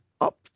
up